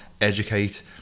educate